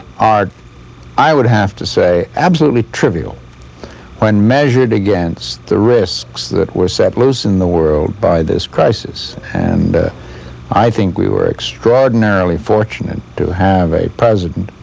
i would have to say absolutely trivial when measured against the risks that were set loose in the world by this crisis. and i think we were extraordinarily fortunate to have a president,